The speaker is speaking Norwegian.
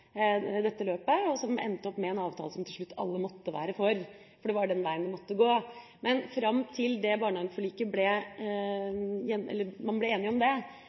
dette løpet, og som endte opp med en avtale som til slutt alle måtte være for, for det var den veien det måtte gå. Fram til man ble enige om barnehageforliket, var det veldig få barnehageplasser som ble bygd. Det